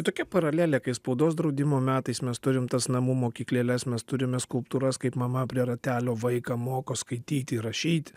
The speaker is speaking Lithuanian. tokia paralelė spaudos draudimo metais mes turim tas namų mokyklėles mes turime skulptūras kaip mama prie ratelio vaiką moko skaityti ir rašyti